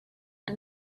and